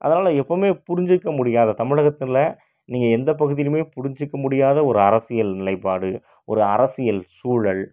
அதனால் எப்பையுமே புரிஞ்சுக்க முடியாத தமிழகத்தில் நீங்கள் எந்த பகுதியிலுமே புரிஞ்சுக்க முடியாத ஒரு அரசியல் நிலைப்பாடு ஒரு அரசியல் சூழல்